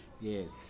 Yes